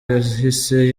yahise